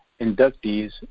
inductees